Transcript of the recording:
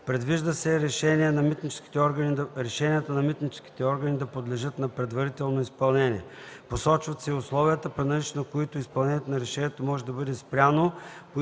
предвижда се решенията на митническите органи да подлежат на предварително изпълнение. Посочват се и условията, при наличието на които изпълнението на решението може да бъде спряно